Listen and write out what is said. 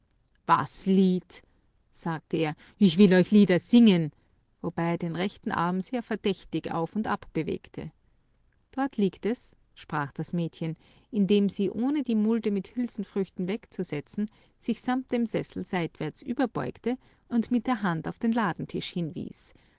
was lied sagte er ich will euch lieder singen wobei er den rechten arm sehr verdächtig auf und ab bewegte dort liegt es sprach das mädchen indem sie ohne die mulde mit hülsenfrüchten wegzusetzen sich samt dem sessel seitwärts überbeugte und mit der hand auf den ladentisch hinwies